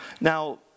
Now